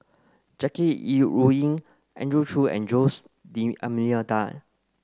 Jackie Yi Ru Ying Andrew Chew and Jose D Almeida